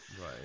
right